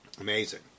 Amazing